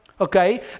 okay